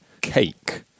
cake